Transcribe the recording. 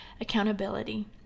accountability